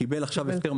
קיבל הפטר,